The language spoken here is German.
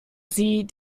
sie